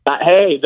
Hey